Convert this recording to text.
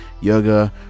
yoga